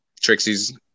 Trixie's